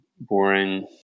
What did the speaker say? boring